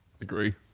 Agree